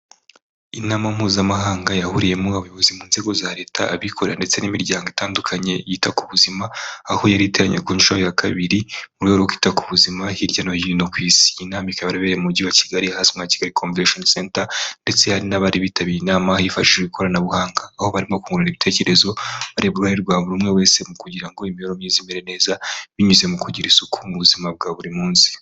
Inama mpuzamahanga yahuriyemo abayobozi mu nzego za Leta abikorera ndetse n'imiryango itandukanye yita ku buzima. Aho yari iteranye ku shuro ya kabiri mu rwego rwo kwita ku buzima hirya no hino ku isi. Iyi nama ikaba yarabereye mujyi wa Kigali ahazwi nka Kigali convention centre, ndetse hari n'abari bitabiriye inama hifashishijwe ikoranabuhanga. Aho barimo kungurana ibitekerezo bareba uruhare rwa buri umwe wese mu kugira ngo imibereho myiza imere neza binyuze mu kugira isuku mu buzima bwa buri munsi.